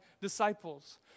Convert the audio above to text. disciples